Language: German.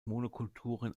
monokulturen